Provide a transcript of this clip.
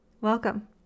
Welcome